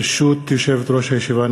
ברשות יושבת-ראש הישיבה,